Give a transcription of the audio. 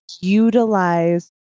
utilize